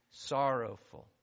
sorrowful